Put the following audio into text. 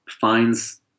finds